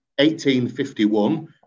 1851